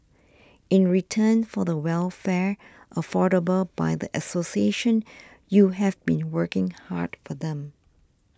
in return for the welfare afforded by the association you have been working hard for them